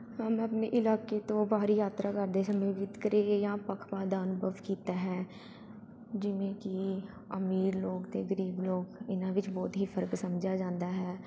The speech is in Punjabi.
ਹਾਂ ਮੈਂ ਆਪਣੇ ਇਲਾਕੇ ਤੋਂ ਬਾਹਰੀ ਯਾਤਰਾ ਕਰਦੇ ਸਮੇਂ ਵਿਤਕਰੇ ਜਾਂ ਪੱਖਪਾਤ ਦਾ ਅਨੁਭਵ ਕੀਤਾ ਹੈ ਜਿਵੇਂ ਕਿ ਅਮੀਰ ਲੋਕ ਅਤੇ ਗਰੀਬ ਲੋਕ ਇਹਨਾਂ ਵਿੱਚ ਬਹੁਤ ਹੀ ਫ਼ਰਕ ਸਮਝਿਆ ਜਾਂਦਾ ਹੈ